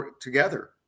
together